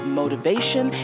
motivation